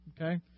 okay